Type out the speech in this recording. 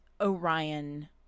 Orion